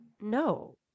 no